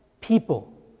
people